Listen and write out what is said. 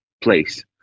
place